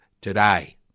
today